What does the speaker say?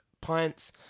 pints